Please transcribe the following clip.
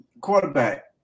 quarterback